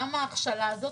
למה ההכשלה הזאת?